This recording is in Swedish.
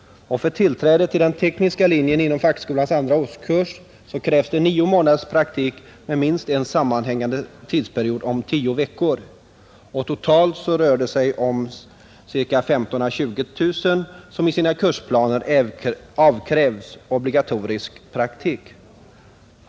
För tillträde till tekniska linjen inom fackskolans andra årskurs krävs nio månaders praktik med minst en sammanhängande tidsperiod om tio veckor. Totalt rör det sig om 15 000 å 20 000 studerande, som i sina kursplaner avkrävs obligatorisk praktik.